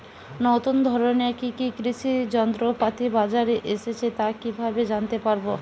নতুন ধরনের কি কি কৃষি যন্ত্রপাতি বাজারে এসেছে তা কিভাবে জানতেপারব?